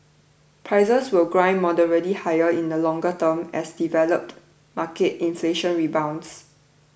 prices will grind moderately higher in the longer term as developed market inflation rebounds